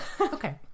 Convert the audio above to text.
Okay